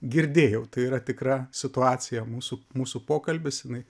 girdėjau tai yra tikra situacija mūsų mūsų pokalbis jinai